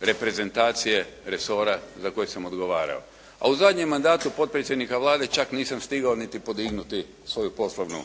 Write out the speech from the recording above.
reprezentacije resora za koji sam odgovarao. A u zadnjem mandatu potpredsjednika Vlade čak nisam stigao niti podignuti svoju poslovnu